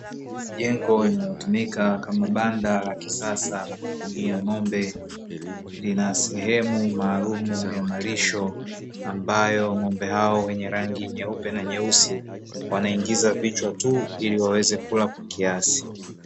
Jengo linalotumika kama banda la kisasa la kufugia ng'ombe lina sehemu maalumu ya malisho, ambayo ng'ombe hao wenye rangi nyeupe na nyeusi wanaingiza vichwa tu ili waweze kula kwa kiasi.